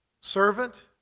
servant